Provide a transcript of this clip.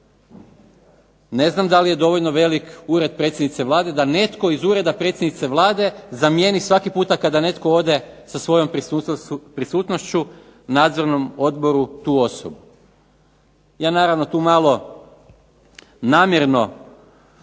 Ne znam da li je dovoljno velik Ured predsjednice Vlade, da netko iz Ureda predsjednice Vlade zamijeni svaki puta kada netko ode sa svojom prisutnošću nadzornom odboru tu osobu. Ja naravno tu malo namjerno